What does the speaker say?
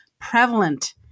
prevalent